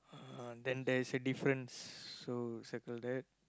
ah then there is a difference so circle that